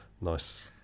nice